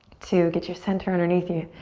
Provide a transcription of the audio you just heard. two, get your center underneath you.